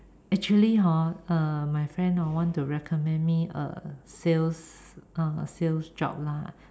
actually hor uh my friend hor want to recommend me a sales uh sales job lah